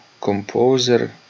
composer